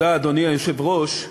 אדוני היושב-ראש,